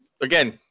Again